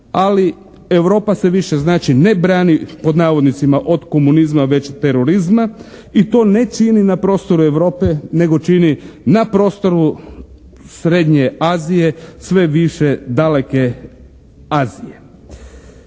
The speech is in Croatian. ali Europa se više znači ne brani, pod navodnicima od komunizma već terorizma i to ne čini na prostoru Europe nego čini na prostoru srednje Azije sve više daleke Azije.